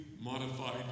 Modified